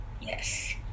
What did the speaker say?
yes